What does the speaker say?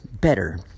better